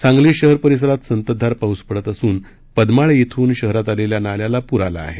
सांगली शहर परिसरात संततधार पाऊस पडत असून पद्माळे श्रून शहरात आलेल्या नाल्याला पूर आला आहे